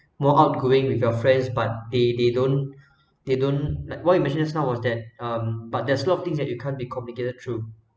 more outgoing with your friends but they they don't they don't like why you mention now was then um but there's a lot of things that you can't be communicated through